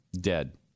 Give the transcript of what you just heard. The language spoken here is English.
dead